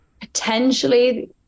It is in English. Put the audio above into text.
Potentially